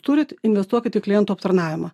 turit investuokit į klientų aptarnavimą